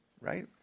Right